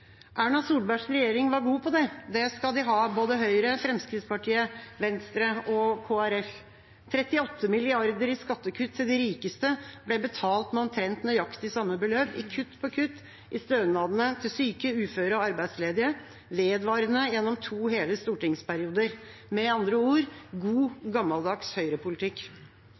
Erna Solbergs regjering var god på det – det skal de ha, både Høyre, Fremskrittspartiet, Venstre og Kristelig Folkeparti. 38 mrd. kr i skattekutt til de rikeste ble betalt med omtrent nøyaktig samme beløp i kutt på kutt i stønadene til syke, uføre og arbeidsledige, vedvarende gjennom to hele stortingsperioder – med andre ord: god, gammeldags høyrepolitikk.